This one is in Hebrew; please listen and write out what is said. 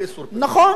נכון, נכון.